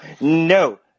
No